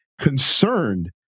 concerned